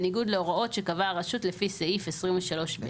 בניגוד להוראות שקבעה הרשות לפי סעיף 23(ב).